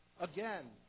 Again